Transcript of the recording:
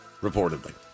reportedly